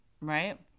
Right